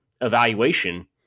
evaluation